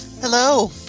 hello